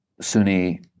Sunni